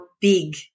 big